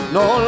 no